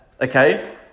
okay